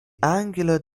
angular